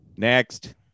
Next